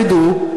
תדעו,